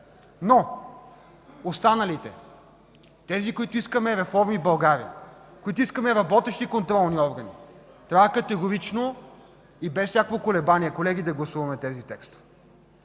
Останалите обаче, тези, които искаме реформи в България, които искаме работещи контролни органи, трябва категорично и без всякакво колебание, колеги, да гласуваме тези текстове!